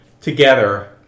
together